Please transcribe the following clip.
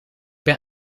ben